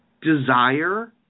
desire